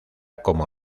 como